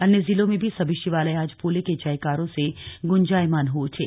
अन्य जिलों में भी सभी शिवालय आज भोले के जयकारों से गुंजायमान हो उठे